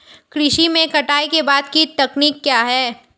कृषि में कटाई के बाद की तकनीक क्या है?